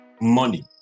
money